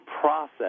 process